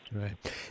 Right